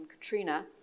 Katrina